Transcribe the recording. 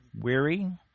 weary